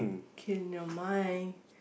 okay never mind